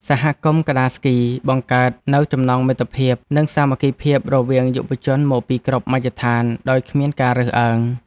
សហគមន៍ក្ដារស្គីបង្កើតនូវចំណងមិត្តភាព និងសាមគ្គីភាពរវាងយុវជនមកពីគ្រប់មជ្ឈដ្ឋានដោយគ្មានការរើសអើង។